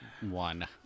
one